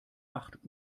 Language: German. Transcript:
acht